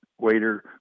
waiter